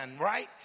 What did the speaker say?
right